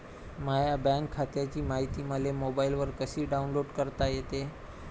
माह्या बँक खात्याची मायती मले मोबाईलवर कसी डाऊनलोड करता येते?